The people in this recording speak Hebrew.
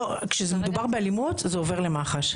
כשמדובר באלימות, שזה עובר למח"ש.